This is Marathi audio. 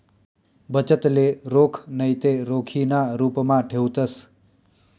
बचतले रोख नैते रोखीना रुपमा ठेवतंस